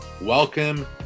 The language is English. Welcome